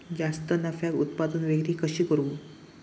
जास्त नफ्याक उत्पादन विक्री कशी करू?